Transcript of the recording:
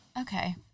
Okay